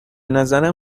نظرم